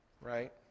right